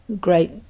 great